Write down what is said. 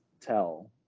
tell